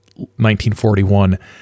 1941